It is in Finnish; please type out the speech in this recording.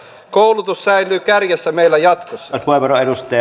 koulutus säilyy kärjessä meillä jatkossakin